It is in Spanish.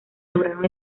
lograron